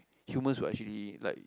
humans will actually like